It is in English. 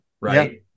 right